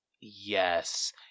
Yes